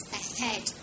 ahead